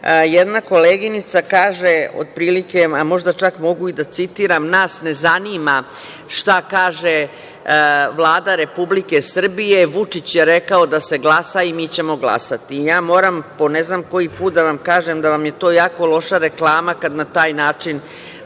jedna koleginica kaže, otprilike, možda čak mogu i da citiram – nas ne zanima šta kaže Vlada Republike Srbije, Vučić je rekao da se glasa i mi ćemo glasati. Ja, moram po ne znam koji put da vam kažem, da vam je to jako loša reklama na taj način